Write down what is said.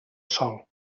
sol